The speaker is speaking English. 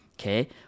Okay